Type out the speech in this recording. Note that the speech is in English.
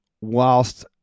whilst